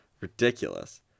ridiculous